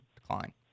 decline